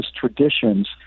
traditions